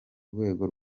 rwego